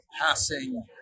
passing